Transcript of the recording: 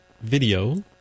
video